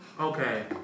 okay